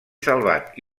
salvat